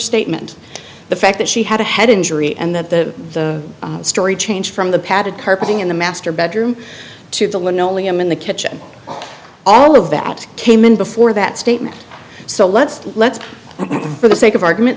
statement the fact that she had a head injury and that the story changed from the padded carpeting in the master bedroom to the linoleum in the kitchen all of that came in before that statement so let's let's for the sake of argument